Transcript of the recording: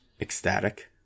Ecstatic